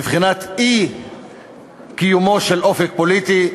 מבחינת אי-קיומו של אופק פוליטי,